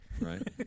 Right